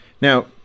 now